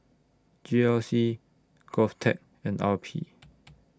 G R C Govtech and R P